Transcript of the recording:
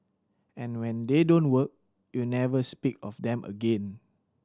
and when they don't work you never speak of them again